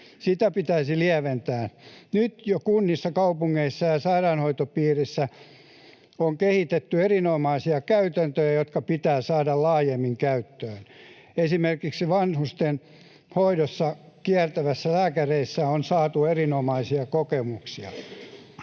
pitäisi lieventää. Nyt jo kunnissa, kaupungeissa ja sairaanhoitopiireissä on kehitetty erinomaisia käytäntöjä, jotka pitää saada laajemmin käyttöön. Esimerkiksi vanhustenhoidossa on kiertävistä lääkäreistä saatu erinomaisia kokemuksia.